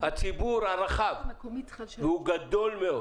הציבור הרחב שהוא גדול מאוד